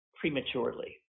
prematurely